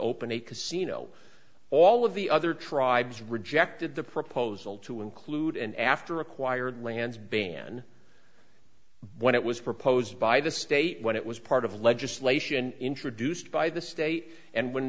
open a casino all of the other tribes rejected the proposal to include an after acquired lands ban when it was proposed by the state when it was part of legislation introduced by the state and when